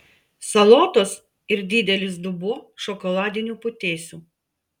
salotos ir didelis dubuo šokoladinių putėsių